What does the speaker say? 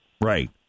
Right